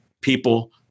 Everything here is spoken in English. people